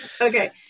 okay